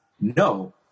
No